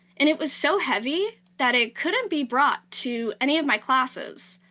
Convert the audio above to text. and it was so heavy that it couldn't be brought to any of my classes.